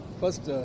first